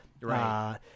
Right